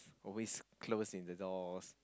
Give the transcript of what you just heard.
always closing the doors